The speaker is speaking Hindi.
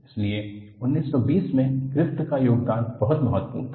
इसलिए 1920 में ग्रिफ़िथ का योगदान बहुत महत्वपूर्ण था